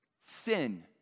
Sin